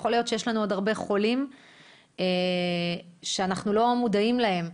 יכול להיות שיש לנו עוד הרבה חולים שאנחנו לא מודעים אליהם.